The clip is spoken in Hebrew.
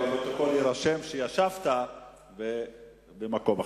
בפרוטוקול יירשם שישבת במקום אחר.